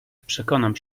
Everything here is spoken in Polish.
przekonam